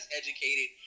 educated